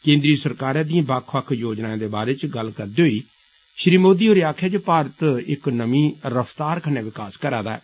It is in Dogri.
केन्द्री सरकारै दिएं बक्ख बक्ख योजनाएं दे बारे च गल्ला करदे होई श्री मोदी होरें आक्खेआ भारत इक नमीं रफतार कन्नै विकास करै दा ऐ